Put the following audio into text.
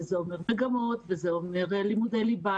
שזה אומר מגמות וזה אומר לימודי ליבה